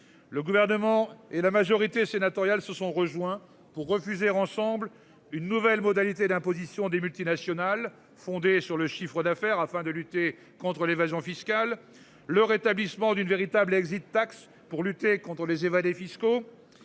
Le gouvernement et la majorité sénatoriale se sont rejoints pour refuser ensemble une nouvelle modalité d'imposition des multinationales fondée sur le chiffre d'affaires afin de lutter contre l'évasion fiscale, le rétablissement d'une véritable exit tax pour lutter contre les évadés fiscaux.